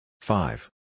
Five